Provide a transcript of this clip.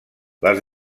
les